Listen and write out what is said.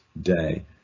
day